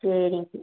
சரிங்க